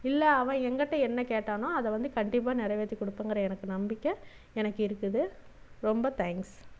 இல்லை அவன் என்கிட்டே என்ன கேட்டானோ அதை வந்து கண்டிப்பாக நெறைவேத்தி குடுப்பேங்குற எனக்கு நம்பிக்கை எனக்கு இருக்குது ரொம்ப தேங்க்ஸ்